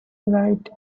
right